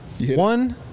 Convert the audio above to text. one